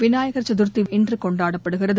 விநாயக் சதுர்த்தி இன்று கொண்டாடப்படுகிறது